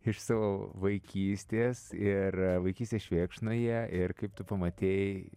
iš savo vaikystės ir vaikystės švėkšnoje ir kaip tu pamatei